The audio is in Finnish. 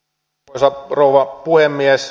arvoisa rouva puhemies